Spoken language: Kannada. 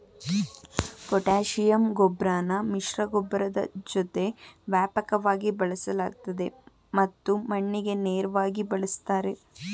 ಪೊಟ್ಯಾಷಿಯಂ ಗೊಬ್ರನ ಮಿಶ್ರಗೊಬ್ಬರದ್ ಜೊತೆ ವ್ಯಾಪಕವಾಗಿ ಬಳಸಲಾಗ್ತದೆ ಮತ್ತು ಮಣ್ಣಿಗೆ ನೇರ್ವಾಗಿ ಬಳುಸ್ತಾರೆ